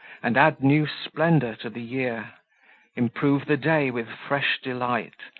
and add new splendour to the year improve the day with fresh delight,